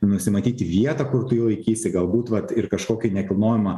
nusimatyti vietą kur tu jį laikysi galbūt vat ir kažkokį nekilnojamą